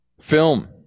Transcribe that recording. film